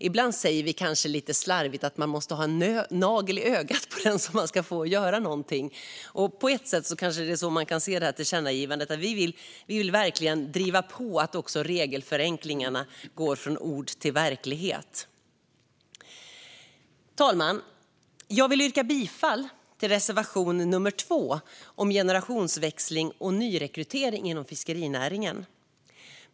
Ibland säger vi lite slarvigt att vi måste vara en nagel i ögat på den vi vill ska göra något, och på ett sätt kan vi se tillkännagivandet så. Vi vill verkligen driva på att också regelförenklingarna går från ord till verklighet. Fru talman! Jag vill yrka bifall till reservation nr 2 om generationsväxling och nyrekrytering inom fiskerinäringen.